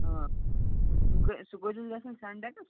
آ تِم کۭتِس سُہ کۭتِس گَژھان سِنٹٮ۪کٕس